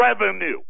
revenue